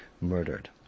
murdered